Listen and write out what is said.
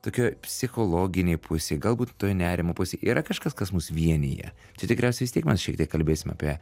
tokioj psichologinėj pusėj galbūt toj nerimo pusėj yra kažkas kas mus vienija čia tikriausiai vis tiek mes šiek tiek kalbėsim apie